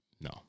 no